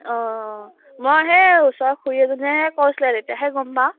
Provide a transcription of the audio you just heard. অঁ মই সেই ওচৰৰ খুৰী এজনীয়ে কৈছিলে তেতিয়াহে গম পাওঁ